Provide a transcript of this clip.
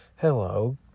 Hello